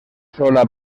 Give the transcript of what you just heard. sola